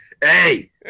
hey